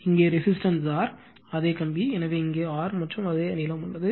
இங்கே resistance R அதே கம்பி எனவே இங்கே R மற்றும் அதே நீளம் உள்ளது